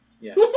Yes